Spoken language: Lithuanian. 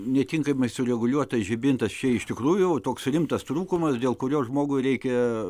netinkamai sureguliuotas žibintas čia iš tikrųjų toks rimtas trūkumas dėl kurio žmogui reikia